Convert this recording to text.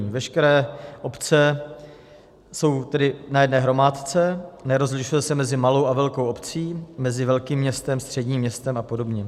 Veškeré obce jsou tedy na jedné hromádce, nerozlišuje se mezi malou a velkou obcí, mezi velkým městem, středním městem a podobně.